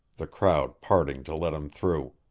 the crowd parting to let him through.